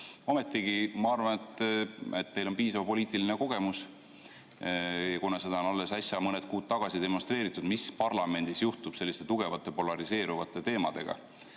Ometi ma arvan, et teil on piisav poliitiline kogemus, ja seda on alles äsja, mõned kuud tagasi demonstreeritud, mis parlamendis juhtub selliste tugevate polariseeruvate teemade